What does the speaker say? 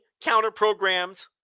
counter-programmed